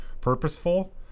purposeful